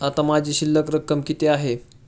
आता माझी शिल्लक रक्कम किती आहे?